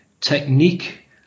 technique